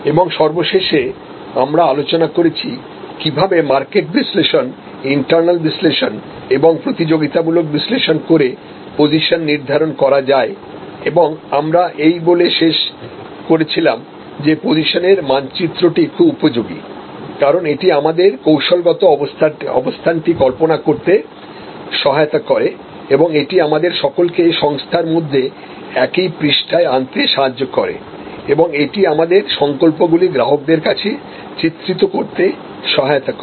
এবং সর্বশেষে আমরা আলোচনা করেছি কীভাবে মার্কেট বিশ্লেষণ ইন্টারনাল বিশ্লেষণ এবং প্রতিযোগিতামূলক বিশ্লেষণ করে পজিশন নির্ধারণ করা যায় এবং আমরা এই বলে শেষ করেছিলাম যে পজিশনের মানচিত্রটি খুব উপযোগী কারণ এটি আমাদের কৌশলগত অবস্থানটি কল্পনা করতে সহায়তা করে এবং এটি আমাদের সকলকে সংস্থার মধ্যে একই পৃষ্ঠায় আনতে সাহায্য করে এবং এটি আমাদের সংকল্প গুলি গ্রাহকের কাছে চিত্রিত করতে সহায়তা করে